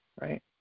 right